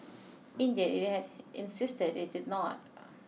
indeed it had insisted it did not